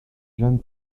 jean